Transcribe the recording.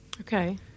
Okay